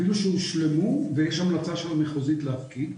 אפילו שהושלמו וי המלצה של הוועדה המחוזית להפקיד,